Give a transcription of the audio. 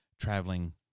traveling